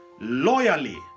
loyally